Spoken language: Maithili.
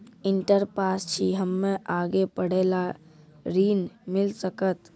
इंटर पास छी हम्मे आगे पढ़े ला ऋण मिल सकत?